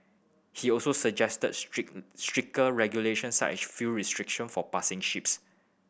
he also suggested strict stricter regulations such as fuel restriction for passing ships